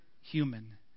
human